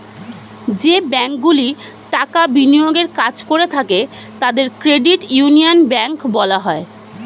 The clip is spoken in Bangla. যে ব্যাঙ্কগুলি টাকা বিনিয়োগের কাজ করে থাকে তাদের ক্রেডিট ইউনিয়ন ব্যাঙ্ক বলা হয়